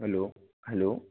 hello hello